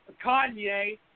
Kanye